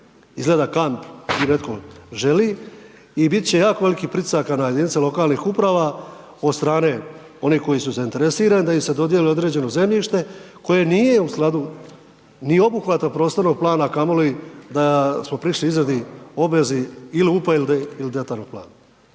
… /ne razumije se/… želi i bit će jako velikih pritisaka na jedinice lokalnih uprava od strane onih koji su zainteresirani da im se dodjeli određeno zemljište koje nisu u skladu ni obuhvatom prostornog plana, a kamoli da smo prišli izradi obvezi ili … /ne razumije se/… ili detaljnog plana.